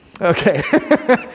Okay